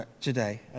today